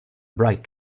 bright